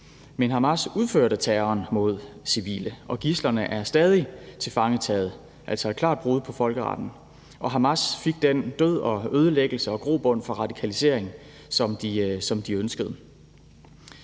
Men Hamas udførte terroren mod civile, og gidslerne er stadig tilfangetaget – altså et klart brud på folkeretten – og Hamas fik den død, ødelæggelse og grobund for radikalisering, som de ønskede.